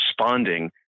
responding